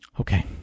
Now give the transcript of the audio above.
okay